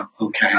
okay